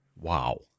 Wow